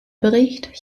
bericht